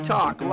Talk